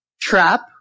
trap